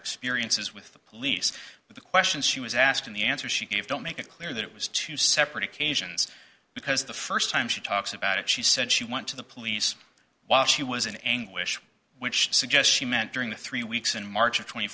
experiences with police but the questions she was asked in the answers she gave don't make it clear that it was two separate occasions because the first time she talks about it she said she went to the police while she was in anguish which suggests she meant during the three weeks in march of twenty